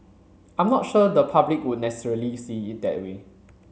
I'm not sure the public would necessarily see it that way